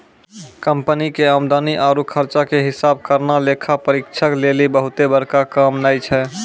company के आमदनी आरु खर्चा के हिसाब करना लेखा परीक्षक लेली बहुते बड़का काम नै छै